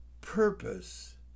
purpose